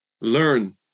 learn